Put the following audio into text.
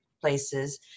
places